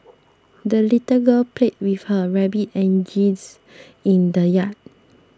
the little girl played with her rabbit and geese in the yard